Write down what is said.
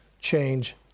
change